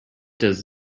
does